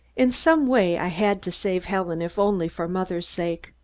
in some way i had to save helen if only for mother's sake.